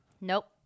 Nope